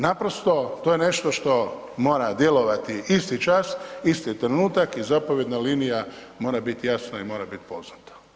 Naprosto to je nešto što mora djelovati isti čas isti trenutak i zapovjedna linija mora biti jasna i mora biti poznata.